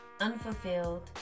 unfulfilled